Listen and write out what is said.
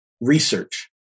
research